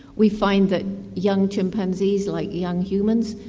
we find that young chimpanzees, like young humans,